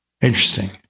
Interesting